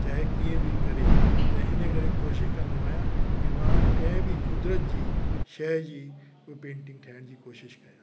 चाहे कीअं बि करे त इन करे कोशिश कंदो आहियां कि मां कंहिं बि कुदिरत जी शइ जी कोई पेंटिंग ठाहिण जी कोशिश कयां